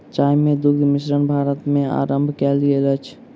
चाय मे दुग्ध मिश्रण भारत मे आरम्भ कयल गेल अछि